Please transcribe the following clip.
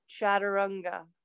Chaturanga